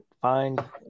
Find